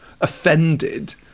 offended